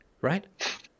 Right